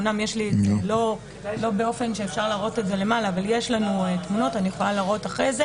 אני יכולה להראות אחרי זה.